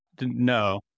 No